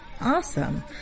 awesome